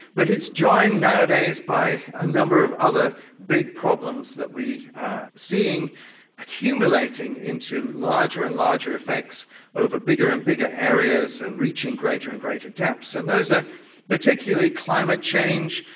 but it's joined nowadays by a number of other big problems that we are seeing accumulating into larger and larger effects over bigger and bigger areas and reaching greater and greater depths, and those are particularly climate change,